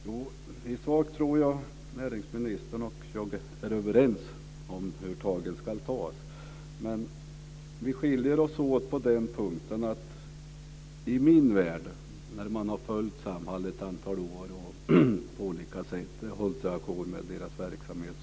Fru talman! I sak tror jag att näringsministern och jag är överens om hur tagen ska tas. Men vi skiljer oss åt på en punkt. Jag har följt Samhall under ett antal år och har på olika sätt hållit mig ajour med dess verksamhet.